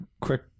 quick